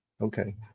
okay